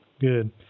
good